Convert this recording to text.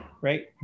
right